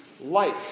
life